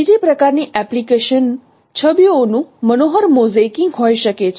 બીજી પ્રકાર ની એપ્લિકેશન છબીઓનું મનોહર મોઝેઇકિંગ હોઈ શકે છે